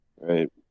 right